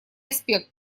аспект